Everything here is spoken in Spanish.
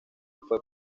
fue